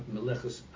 Melechus